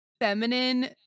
feminine